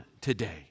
today